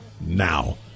now